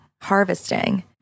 harvesting